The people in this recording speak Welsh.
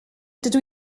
dydw